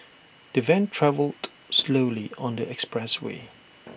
the van travelled slowly on the expressway